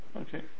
Okay